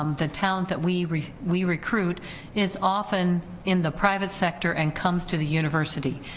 um the talent that we we recruit is often in the private sector and comes to the university.